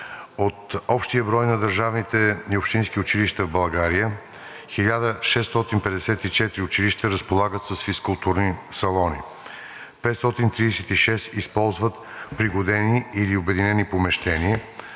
от общия броя на държавните и общинските училища в България 1654 училища разполагат с физкултурни салони; 536 използват пригодени или обединени помещения;